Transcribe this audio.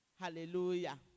Hallelujah